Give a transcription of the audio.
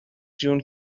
جون